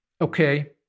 okay